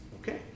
Okay